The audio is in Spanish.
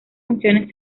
funciones